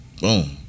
Boom